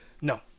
No